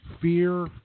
fear